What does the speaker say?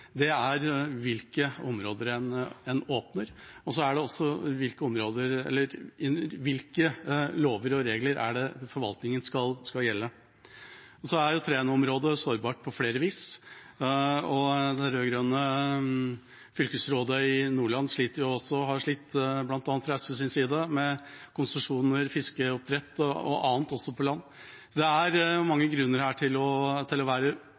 hvilke områder en åpner, og hvilke lover og regler forvaltningen skal gjelde. Trænaområdet er sårbart på flere vis. Det rød-grønne fylkesrådet i Nordland har slitt – bl.a. fra SVs side – med konsesjoner, fiskeoppdrett og også annet på land. Det er mange grunner til å være føre var på flere områder når det gjelder områdene rundt Træna. Dette er ikke et forsøk på å